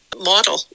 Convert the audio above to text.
model